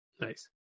Nice